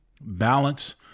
Balance